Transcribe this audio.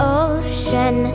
ocean